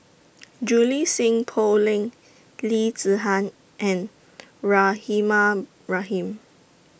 Julie Sng Poh Leng Lee Zihan and Rahimah Rahim